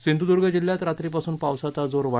सिंधुद्र्ग जिल्ह्यात रात्रीपासून पावसाचा जोर वा